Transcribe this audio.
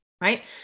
right